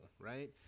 right